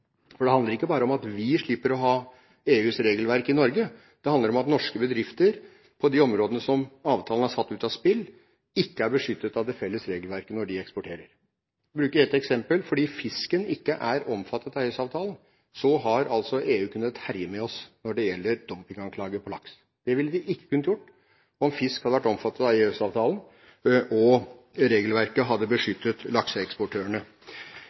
For det handler ikke bare om at vi slipper å ha EUs regelverk i Norge, det handler om at norske bedrifter på de områdene der avtalen er satt ut av spill, ikke er beskyttet av det felles regelverket når de eksporterer. Jeg kan bruke et eksempel: Fordi fiskeripolitikken ikke er omfattet av EØS-avtalen, har EU kunnet herje med oss med dumpinganklager når det gjelder laks. Det ville de ikke kunne gjort om fisk hadde vært omfattet av EØS-avtalen og regelverket hadde